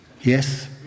Yes